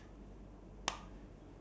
wait they say this one this